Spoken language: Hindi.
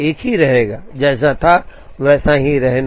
एक ही रहेगा जैसे था वैसेही रहना